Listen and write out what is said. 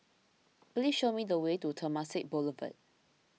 please show me the way to Temasek Boulevard